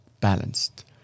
balanced